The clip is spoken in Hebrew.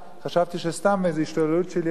חשבתי שסתם איזו השתוללות של ילדים.